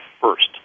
first